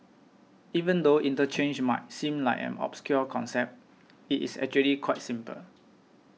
even though interchange might seem like an obscure concept it is actually quite simple